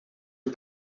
het